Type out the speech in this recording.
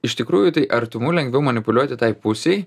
iš tikrųjų tai artumu lengviau manipuliuoti tai pusei